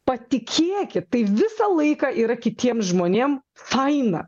patikėkit tai visą laiką ir kitiem žmonėm faina